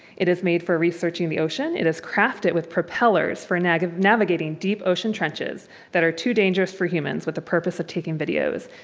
it is made for researching the ocean. it is crafted with propellers for navigating navigating deep ocean trenches that are too dangerous for humans with the purpose of taking videos.